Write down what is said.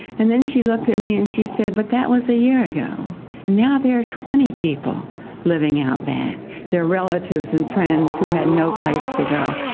and then she looked at me, and she said but that was a year ago, and now there are twenty people living out back their relatives and friends who had no place to go,